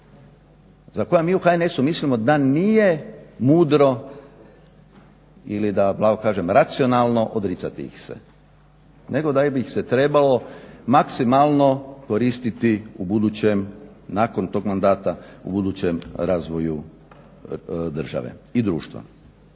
za koje mi u HNS-u mislimo da nije mudro ili da blago kažem racionalno odricati ih se nego da bi ih se trebalo maksimalno koristiti u budućem nakon tog mandata u budućem razvoju države i društva.